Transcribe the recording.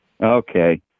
Okay